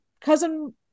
cousin